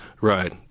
Right